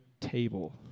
table